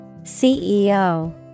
CEO